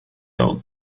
old